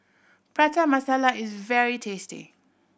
Prata Masala is very tasty